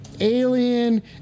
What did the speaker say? alien